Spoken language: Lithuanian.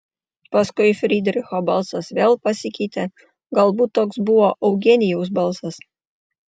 paskui frydricho balsas vėl pasikeitė galbūt toks buvo eugenijaus balsas